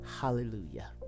Hallelujah